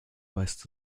weist